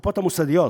שהקופות המוסדיות